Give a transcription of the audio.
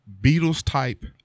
Beatles-type